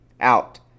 out